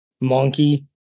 Monkey